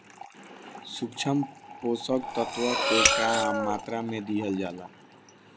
सूक्ष्म पोषक तत्व के कम मात्रा में दिहल जाला